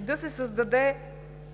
Да се създаде